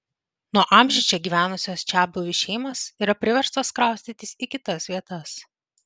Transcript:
nuo amžių čia gyvenusios čiabuvių šeimos yra priverstos kraustytis į kitas vietas